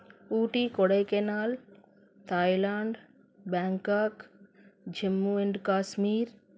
Ooty Kodaikanal Thailand Bangkok Jammu and Kashmir